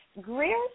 Greer